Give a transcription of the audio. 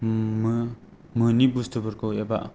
मोनि बुस्थुफोरखौ एबा